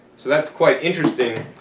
so that's quite interesting.